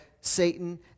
Satan